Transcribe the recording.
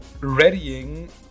readying